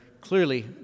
clearly